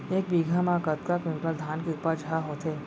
एक बीघा म कतका क्विंटल धान के उपज ह होथे?